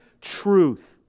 truth